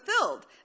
fulfilled